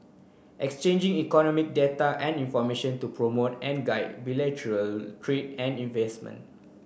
exchanging economic data and information to promote and guide bilateral trade and investment